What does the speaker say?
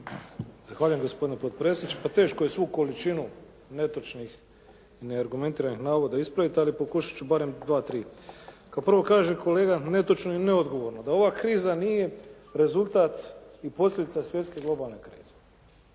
Zahvaljujem gospodine potpredsjedniče. Pa teško je svu količinu netočnih i neargumentiranih navoda ispraviti ali pokušat ću barem dva, tri. Kao prvo kaže kolega netočno i neodgovorno, da ova kriza nije rezultat i posljedica svjetske globalne krize.